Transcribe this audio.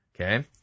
Okay